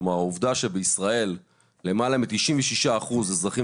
כלומר העובדה שבישראל למעלה מ-96% אזרחים